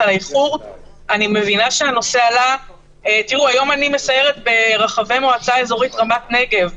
היום אני מסיירת ברחבי מועצה אזורית רמת נגב.